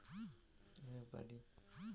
বিদ্যুতের বিল কি মেটাতে পারি?